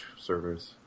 servers